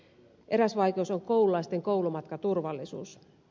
eräs vaikeus on koululaisten koulumatkaturvallisuus